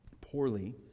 poorly